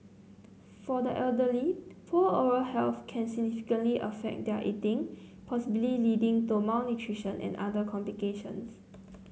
for the elderly poor oral health can significantly affect their eating possibly leading to malnutrition and other complications